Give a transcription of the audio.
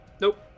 Nope